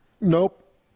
nope